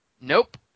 Nope